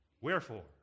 Wherefore